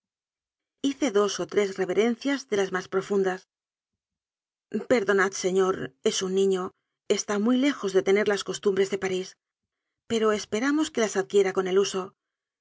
hice dos o tres reverencias de las más profundas perdonad señor es un niño está muy lejos de tener las costumbres de parís pero esperamos que las adquiera con el uso